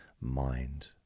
mind